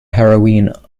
heroine